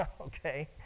Okay